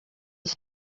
iyo